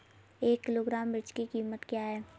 एक किलोग्राम मिर्च की कीमत क्या है?